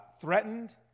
threatened